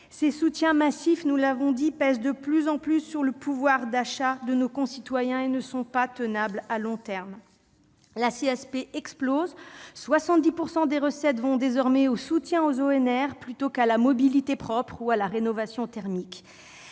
Ces soutiens massifs pèsent de plus en plus sur le pouvoir d'achat de nos concitoyens et ne sont pas tenables à long terme. La CSPE explose, et 70 % de ses recettes vont désormais au soutien aux ENR plutôt qu'à la mobilité propre et à la rénovation thermique.